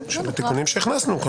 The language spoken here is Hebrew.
של התיקונים שהכנסנו.